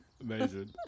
Amazing